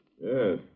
Yes